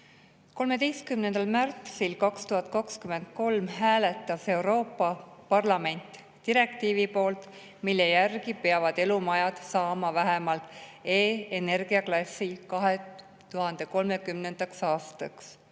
13. märtsil 2023 hääletas Euroopa Parlament direktiivi poolt, mille järgi peavad elumajad saama vähemalt E-energiaklassi 2030. aastaks.